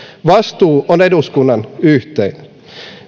vastuu on eduskunnan yhteinen